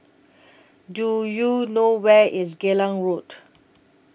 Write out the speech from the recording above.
Do YOU know Where IS Geylang Road